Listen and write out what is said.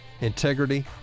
Integrity